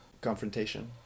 confrontation